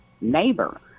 neighbor